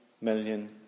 million